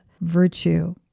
virtue